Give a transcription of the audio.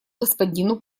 господину